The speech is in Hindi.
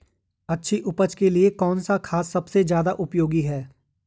अच्छी उपज के लिए कौन सा खाद सबसे ज़्यादा उपयोगी है?